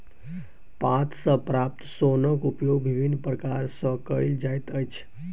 पात सॅ प्राप्त सोनक उपयोग विभिन्न प्रकार सॅ कयल जाइत अछि